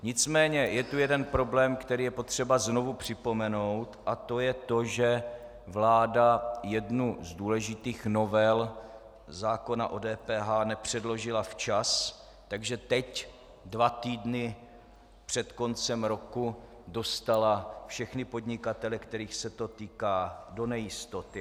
Nicméně je tu jeden problém, který je třeba znovu připomenout, a to je to, že vláda jednu z důležitých novel zákona o DPH nepředložila včas, takže teď, dva týdny před koncem roku, dostala všechny podnikatele, kterých se to týká, do nejistoty.